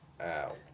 Ow